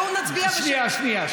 בואו נצביע, שנייה.